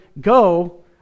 go